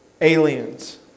aliens